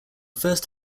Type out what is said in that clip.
first